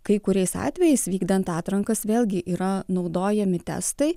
kai kuriais atvejais vykdant atrankas vėlgi yra naudojami testai